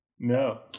No